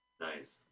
Nice